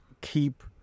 keep